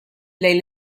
lejn